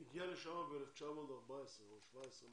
שהגיעה לשם ב-1914 או ב-1917.